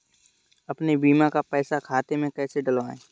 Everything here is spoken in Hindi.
अपने बीमा का पैसा खाते में कैसे डलवाए?